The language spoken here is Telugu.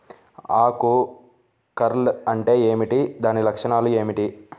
ఆకు కర్ల్ అంటే ఏమిటి? దాని లక్షణాలు ఏమిటి?